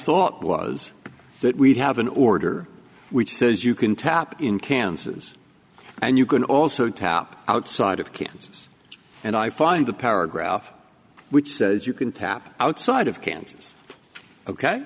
thought was that we have an order which says you can tap in kansas and you can also tap outside of kansas and i find the paragraph which says you can tap outside of kansas ok